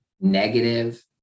negative